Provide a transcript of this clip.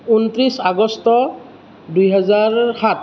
উনত্ৰিছ আগষ্ট দুই হাজাৰ সাত